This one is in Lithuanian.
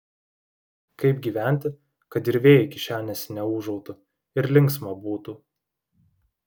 kaip gyventi kad ir vėjai kišenėse neūžautų ir linksma būtų